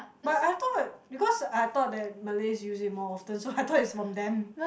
but I thought because I thought that Malays use it more often so I thought it's from them